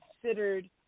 considered